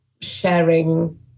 sharing